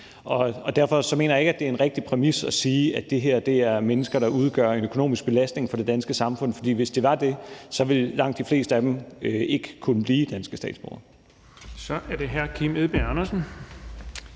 Derfor mener jeg ikke, det er en rigtig præmis at sige, at det her er mennesker, der udgør en økonomisk belastning for det danske samfund, for hvis det var det, ville langt de fleste af dem ikke kunne blive danske statsborgere. Kl. 10:45 Den fg.